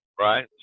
Right